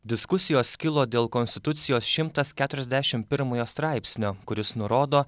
diskusijos kilo dėl konstitucijos šimtas keturiasdešim pirmojo straipsnio kuris nurodo